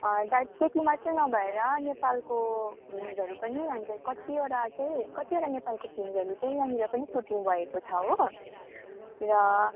दा त्यति मात्र नभएर नेपालको फिल्मसहरू पनि कतिवटा चाहिँ कतिवटा नेपालको फिल्महरू चाहिँ यहाँनिर पनि सुटिङ भएको छ हो र